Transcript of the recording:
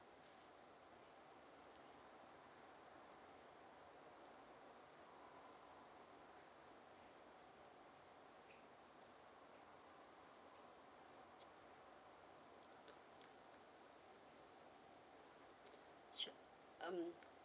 sure um